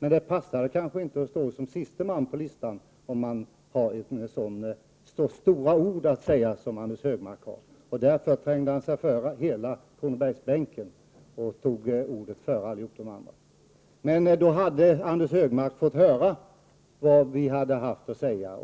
Men det passar kanske inte att stå som sista man på listan, om man har så stora ord att säga som Anders G Högmark har. Därför trängde han sig före hela Kronobergsbänken och tog ordet före alla andra. Om han inte hade gjort det, hade han inte behövt undra vad vi skulle säga.